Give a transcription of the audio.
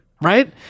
Right